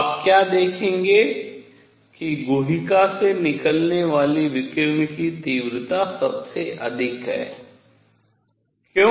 आप क्या देखेंगे कि गुहिका से निकलने वाले विकिरण की तीव्रता सबसे अधिक है क्यों